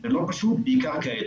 זה לא פשוט בעיקר כעת